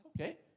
okay